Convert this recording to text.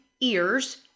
ears